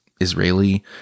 Israeli